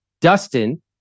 Dustin